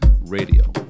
Radio